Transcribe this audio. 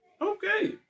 Okay